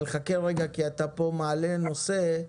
חכה רגע, כי פה אתה מעלה נושא.